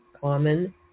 common